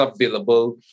available